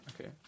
Okay